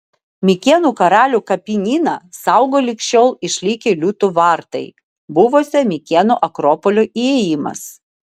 mikėnų karalių kapinyną saugo lig šiol išlikę liūtų vartai buvusio mikėnų akropolio įėjimas